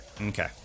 Okay